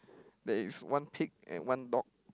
there is one pig and one dog